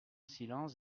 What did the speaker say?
silence